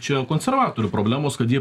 čia konservatorių problemos kad jie